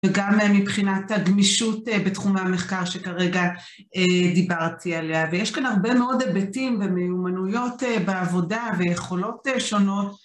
וגם מבחינת הגמישות בתחום המחקר שכרגע דיברתי עליה. ויש כאן הרבה מאוד היבטים ומיומניות בעבודה ויכולות שונות.